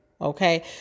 Okay